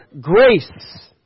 grace